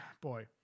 boy